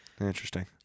Interesting